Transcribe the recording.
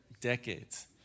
decades